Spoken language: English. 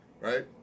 right